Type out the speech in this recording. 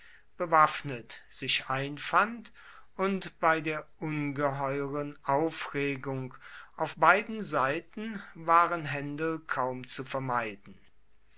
bewaffnet sich einfand und bei der ungeheuren aufregung auf beiden seiten waren händel kaum zu vermeiden